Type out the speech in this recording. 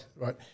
Right